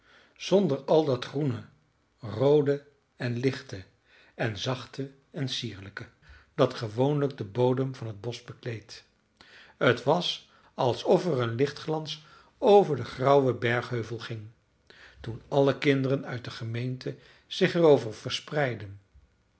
zonder al dat groene roode en lichte en zachte en sierlijke dat gewoonlijk den bodem van t bosch bekleedt het was alsof er een lichtglans over den grauwen bergheuvel ging toen alle kinderen uit de gemeente zich er over verspreidden